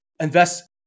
invest